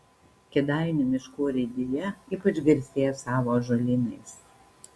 kėdainių miškų urėdija ypač garsėja savo ąžuolynais